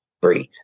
breathe